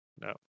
No